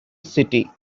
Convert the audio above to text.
city